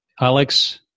Alex